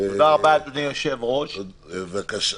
בבקשה,